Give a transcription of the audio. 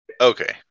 Okay